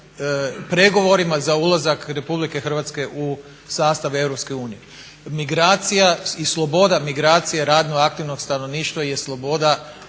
pregovorima za ulazak Republike Hrvatske u sastav Europske unije. Migracija i sloboda migracija radno aktivnog stanovništva je sloboda,